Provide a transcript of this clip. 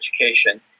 education